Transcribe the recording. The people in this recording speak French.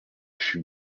fut